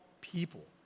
people